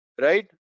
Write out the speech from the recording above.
right